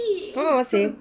uh uh seh